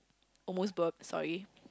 almost burp sorry